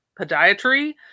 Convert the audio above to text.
podiatry